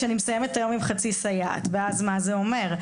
שאני מסיימת את היום עם חצי סייעת ואז מה זה אומר?